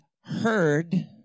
heard